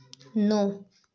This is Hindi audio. नौ